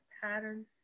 pattern